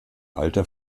alter